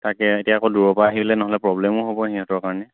তাকে এতিয়া আকৌ দূৰৰপৰা আহিলে নহ'লে প্ৰব্লেমো হ'ব সিহঁতৰ কাৰণে